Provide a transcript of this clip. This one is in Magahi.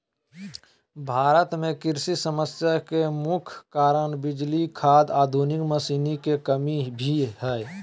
भारत में कृषि समस्या के मुख्य कारण बिजली, खाद, आधुनिक मशीन के कमी भी हय